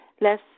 Less